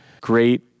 great